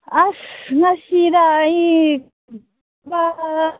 ꯑꯁ ꯃꯁꯤꯗ ꯑꯩ ꯑꯥ